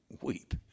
weep